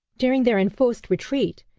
during their enforced retreat,